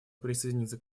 присоединиться